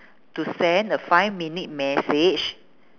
to send a five minute message